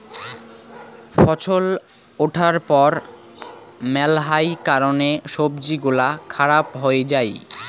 ফছল উঠার পর মেলহাই কারণে সবজি গুলা খারাপ হই যাই